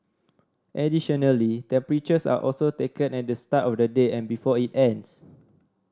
additionally temperatures are also taken at the start of the day and before it ends